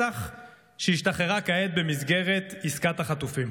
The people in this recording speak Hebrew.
שהשתחררה כעת במסגרת עסקת החטופים.